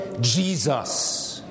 Jesus